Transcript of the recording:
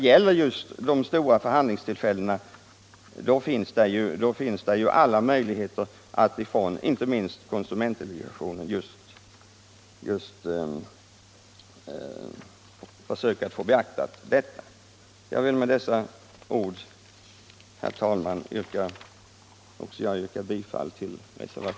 Vid de stora förhandlingstillfällena finns det ju alla möjligheter, inte minst för konsumentdelegationen, att få detta beaktat.